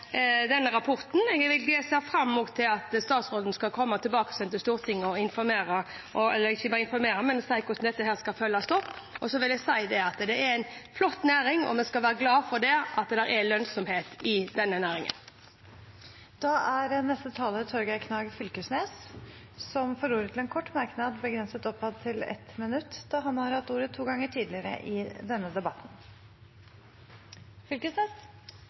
denne rapporten. Jeg ser fram mot at statsråden skal komme tilbake til Stortinget og informere – ikke bare informere, men si hvordan dette skal følges opp. Og så vil jeg si at det er en flott næring, og vi skal være glad for at det er lønnsomhet i denne næringen. Representanten Torgeir Knag Fylkesnes har hatt ordet to ganger tidligere i debatten og får ordet til en kort merknad, begrenset til 1 minutt. Det er ein ganske knusande dom Riksrevisjonen kjem med. Det er heilt openbert. Eg har sete i